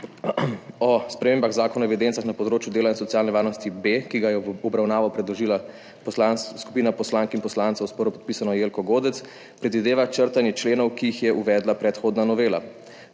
o spremembah Zakona o evidencah na področju dela in socialne varnosti B, ki ga je v obravnavo predložila skupina poslank in poslancev s prvopodpisano Jelko Godec, predvideva črtanje členov, ki jih je uvedla predhodna novela.